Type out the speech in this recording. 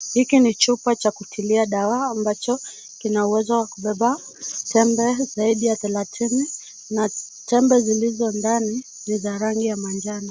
Hiki ni chupa cha kutilia dawa ambacho kina uwezo wa kubeba tembe zaidi ya thelathini na tembe zilizo ndani ni za rangi ya manjano.